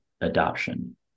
adoption